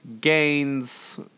gains